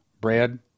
bread